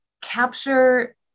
capture